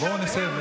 בואו נסיים.